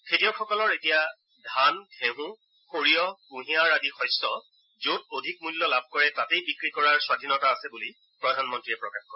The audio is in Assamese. খেতিয়কসকলে এতিয়া ধান যেঁহ সৰিয়হ কুঁহিয়াৰ আদি শস্য যত অধিক মূল্য লাভ কৰে তাতেই বিক্ৰী কৰাৰ বাবে তেওঁলোকৰ স্বাধীনতা আছে বুলি প্ৰধানমন্ৰীয়ে প্ৰকাশ কৰে